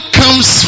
comes